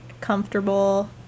comfortable